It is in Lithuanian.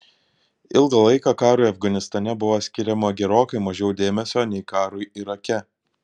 ilgą laiką karui afganistane buvo skiriama gerokai mažiau dėmesio nei karui irake